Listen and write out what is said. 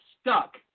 stuck